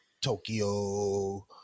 Tokyo